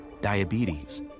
diabetes